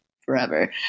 forever